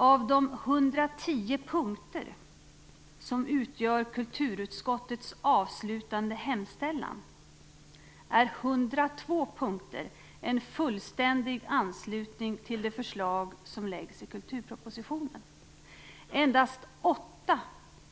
Av de 110 punkter som utgör kulturutskottets avslutande hemställan är 102 punkter en fullständig anslutning till det förslag som läggs fram i kulturpropositionen. Endast 8